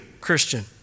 Christian